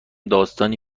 داستانی